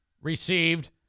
received